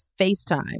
facetime